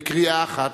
בקריאה אחת,